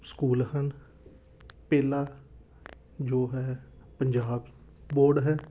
school ਹਨ ਪਹਿਲਾ ਜੋ ਹੈ ਪੰਜਾਬ ਬੋਰਡ ਹੈ